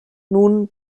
nun